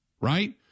right